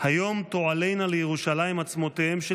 "היום תועלינה לירושלים עצמותיהם של